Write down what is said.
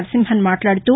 నరసింహన్ మాట్లాదుతూ